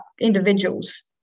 individuals